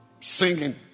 Singing